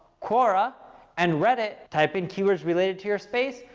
quora and reddit. type in keywords related to your space.